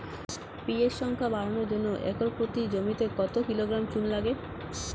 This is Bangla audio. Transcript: পি.এইচ সংখ্যা বাড়ানোর জন্য একর প্রতি জমিতে কত কিলোগ্রাম চুন লাগে?